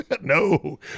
No